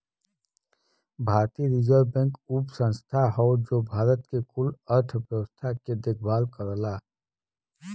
भारतीय reserve bank उ संस्था हौ जौन भारत के कुल अर्थव्यवस्था के देखभाल करला